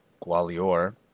Gwalior